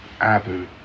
Abu